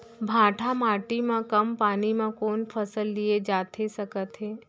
भांठा माटी मा कम पानी मा कौन फसल लिए जाथे सकत हे?